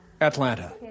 Atlanta